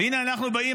והינה אנחנו באים,